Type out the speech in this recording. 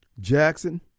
Jackson